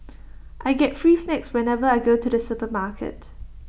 I get free snacks whenever I go to the supermarket